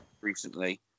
recently